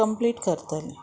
complete करतलें